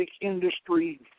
industry